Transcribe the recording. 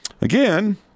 Again